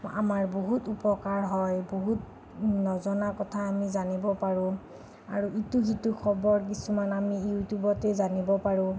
আমাৰ বহুত উপকাৰ হয় বহুত নজনা কথা আমি জানিব পাৰোঁ আৰু ইটো সিটো খবৰ কিছুমান আমি ইউটিউবতে জানিব পাৰোঁ